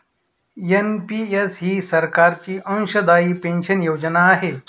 NPS ही सरकारची अंशदायी पेन्शन योजना आहे